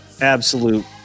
absolute